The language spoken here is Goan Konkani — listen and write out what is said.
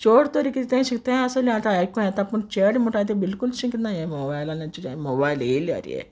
चोड तोरी कितें शिकताय आसतोलीं आतां आयको येता पूण चेडे म्हुणटा ते बिलकूल शिकनाय ये मॉबायलानू तुजे मॉबायल येयल्यार ये